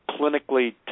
clinically